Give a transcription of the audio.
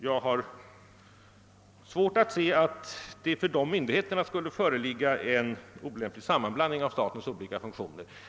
Jag har svårt att se att det hos dessa myndigheter skulle föreligga en olämplig sammanblandning av statens olika funktioner.